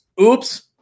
oops